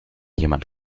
jemand